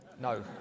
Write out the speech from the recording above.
No